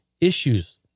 issues